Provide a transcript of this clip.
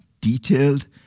detailed